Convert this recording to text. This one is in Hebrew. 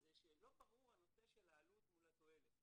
זה שלא ברור הנושא של העלות מול התועלת.